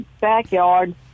backyard